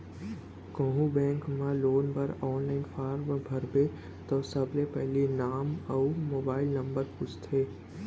कोहूँ बेंक म लोन बर आनलाइन फारम भरबे त सबले पहिली नांव अउ मोबाइल नंबर पूछथे